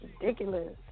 Ridiculous